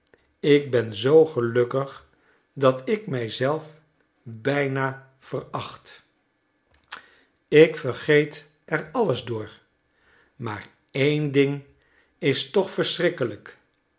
ik ben zoo gelukkig dat ik mij zelf bijna veracht ik vergeet er alles door maar één ding is toch verschrikkelijk